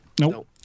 Nope